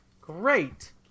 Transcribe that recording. Great